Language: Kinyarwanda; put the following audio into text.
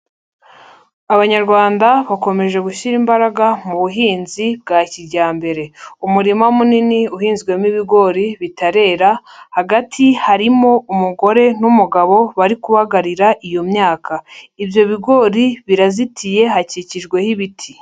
Abanyarwanda bakomeje gushyira imbaraga mu buhinzi bwa kijyambere. Umurima munini uhinzwemo ibigori bitarera, hagati harimo umugore n'umugabo bari kubagarira iyo myaka. Ibyo bigori birazitiye, hakikijweho ibiti.